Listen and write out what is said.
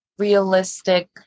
Realistic